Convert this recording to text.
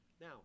Now